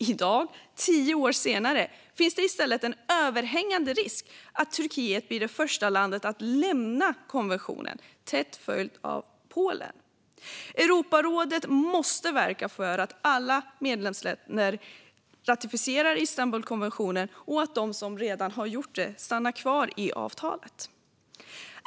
I dag, tio år senare, finns det i stället en överhängande risk att Turkiet blir det första landet att lämna konventionen, tätt följt av Polen. Europarådet måste verka för att alla medlemsländer ratificerar Istanbulkonventionen och att de som redan har gjort det stannar kvar i avtalet.